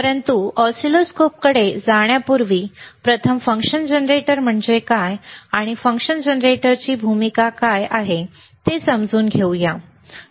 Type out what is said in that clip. परंतु ऑसिलोस्कोपकडे जाण्यापूर्वी प्रथम फंक्शन जनरेटर म्हणजे काय आणि फंक्शन जनरेटरची भूमिका काय आहे ते समजून घेऊया ठीक आहे